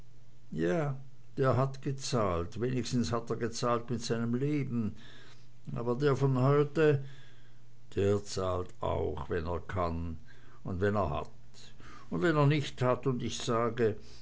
ja der hat gezahlt wenigstens hat er gezahlt mit seinem leben aber der von heute der zahlt auch wenn er kann und wenn er hat und wenn er nicht hat und ich sage